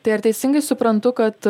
tai ar teisingai suprantu kad